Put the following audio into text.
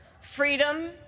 freedom